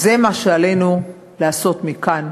זה מה שעלינו לעשות מכאן.